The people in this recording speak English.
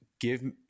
give